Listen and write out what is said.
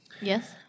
Yes